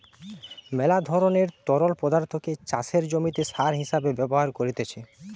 মেলা ধরণের তরল পদার্থকে চাষের জমিতে সার হিসেবে ব্যবহার করতিছে